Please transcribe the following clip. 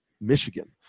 Michigan